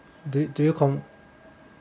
do you do you con~